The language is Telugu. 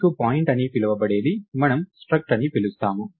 మీకు పాయింట్ అని పిలవబడేది మనము struct అని పిలుస్తాము